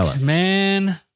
Man